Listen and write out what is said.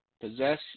Possess